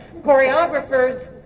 Choreographers